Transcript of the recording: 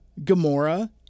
gamora